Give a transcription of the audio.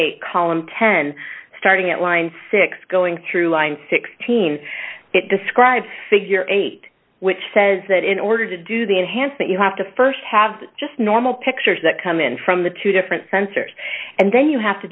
dollars column ten starting at line six going through line sixteen it describes figure eight which says that in order to do the enhancement you have to st have just normal pictures that come in from the two different sensors and then you have to